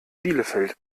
bielefeld